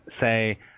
say